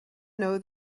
know